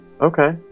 Okay